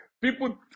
people